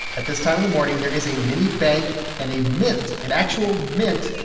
at this time of the morning, there is a mini-bank and a mint, an actual mint,